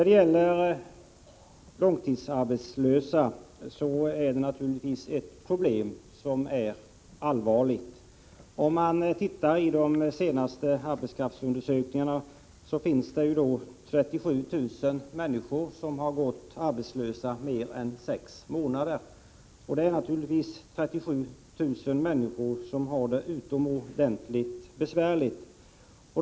De långtidsarbetslösa utgör naturligtvis ett allvarligt problem. Enligt de senaste arbetskraftsundersökningarna finns det 37 000 människor som har gått arbetslösa mer än sex månader. Det är naturligtvis 37 000 människor som har det utomordentligt besvärligt.